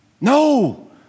No